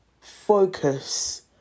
focus